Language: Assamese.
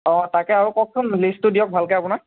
অঁ তাকে আৰু কওকচোন লিষ্টটো দিয়ক ভালকৈ আপোনাৰ